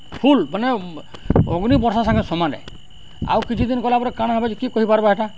ଫୁଲ୍ ମାନେ ଅଗ୍ନି ବର୍ଷା ସାଙ୍ଗେ ସମାନ୍ ଏ ଆଉ କିଛି ଦିନ୍ ଗଲାପରେ କାଣା ହେବ ଯେ କିଏ କହିପାର୍ବା ହେଟା